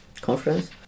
conference